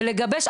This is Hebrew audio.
ולגבש.